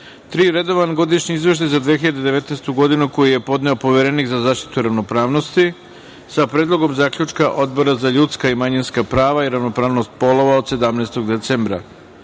Redovan godišnji izveštaj za 2019. godinu, koji je podneo Poverenik za zaštitu ravnopravnosti sa Predlogom zaključka Odbora za ljudska i manjinska prava i ravnopravnost polova od 17. decembra